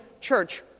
church